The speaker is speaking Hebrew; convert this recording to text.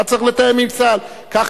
כך,